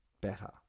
better